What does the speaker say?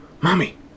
Mommy